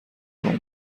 روم